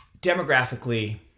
demographically